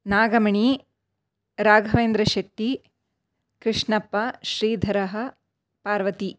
नागमणि राघवेन्द्र शेट्टि कृष्णप्पा श्रीधरः पार्वती